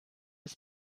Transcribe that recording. his